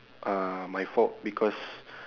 uh my fault because